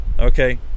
Okay